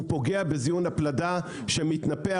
הוא פוגע בזיון הפלדה שמתנפח,